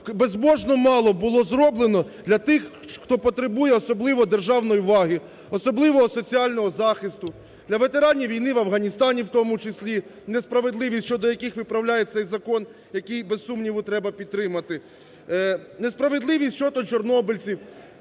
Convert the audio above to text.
безбожно мало було зроблено для тих, хто потребує особливо державної уваги, особливого соціального захисту, для ветеранів війни в Афганістані, в тому числі, несправедливість щодо яких виправляє цей закон, який, без сумніву треба підтримати, несправедливість щодо чорнобильців.